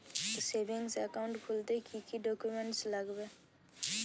Savings account খুলতে কি কি ডকুমেন্টস লাগবে?